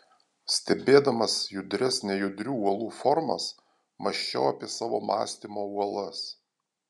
stebėdamas judrias nejudrių uolų formas mąsčiau apie savo mąstymo uolas